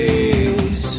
Days